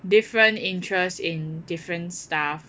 different interest in different stuff